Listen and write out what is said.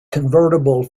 convertible